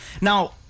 now